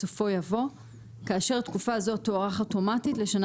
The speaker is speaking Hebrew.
בסופו יבוא 'כאשר תקופה זו תוארך אוטומטית לשנה